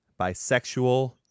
bisexual